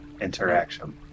interaction